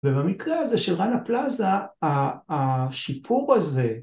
‫ובמקרה הזה של רנה פלאזה, ‫השיפור הזה...